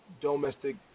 domestic